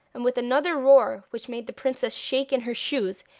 and with another roar which made the princess shake in her shoes,